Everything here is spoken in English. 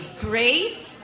Grace